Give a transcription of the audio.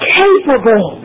capable